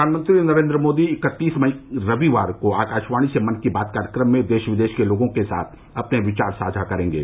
प्रधानमंत्री नरेन्द्र मोदी इकत्तीस मई रविवार को आकाशवाणी से मन की बात कार्यक्रम में देश विदेश के लोगों के साथ अपने विचार साझा करेंगे